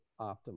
optimal